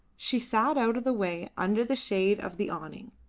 she sat out of the way under the shade of the awning,